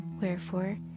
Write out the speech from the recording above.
Wherefore